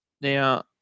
Now